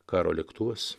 karo lėktuvas